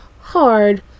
hard